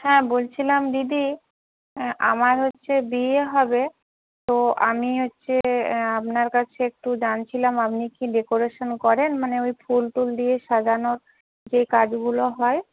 হ্যাঁ বলছিলাম দিদি আমার হচ্ছে বিয়ে হবে তো আমি হচ্ছে আপনার কাছে একটু জানছিলাম আপনি কি ডেকোরেশন করেন মানে ওই ফুল টুল দিয়ে সাজানোর যে কাজগুলো হয়